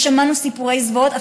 ושמענו סיפורי זוועות,